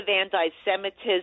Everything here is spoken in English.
anti-Semitism